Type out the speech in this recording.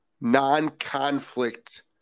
non-conflict